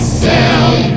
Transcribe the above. sound